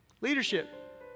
Leadership